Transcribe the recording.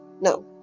no